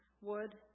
wood